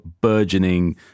burgeoning